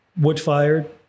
wood-fired